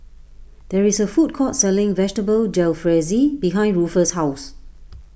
there is a food court selling Vegetable Jalfrezi behind Ruffus' house